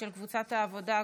של קבוצת סיעת העבודה,